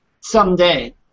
someday